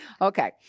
Okay